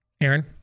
aaron